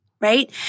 right